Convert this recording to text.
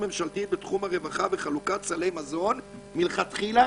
ממשלתית בתחום הרווחה בחלוקת סלי מזון מלכתחילה,